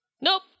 Nope